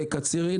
קצרין,